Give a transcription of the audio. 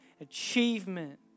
achievement